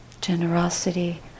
Generosity